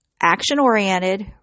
action-oriented